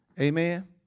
Amen